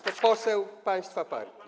To poseł państwa partii.